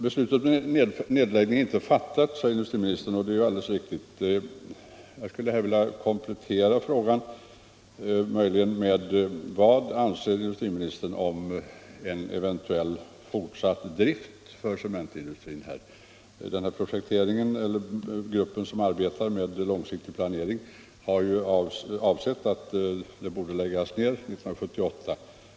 Beslutet om nedläggning är inte fattat, säger industriministern, och det är alldeles riktigt. Jag skulle här vilja komplettera frågan: Vad anser industriministern om en eventuellt fortsatt drift för cementindustrin? Gruppen som arbetar med långsiktig planering har ansett att driften borde läggas ned 1978.